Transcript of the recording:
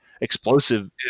explosive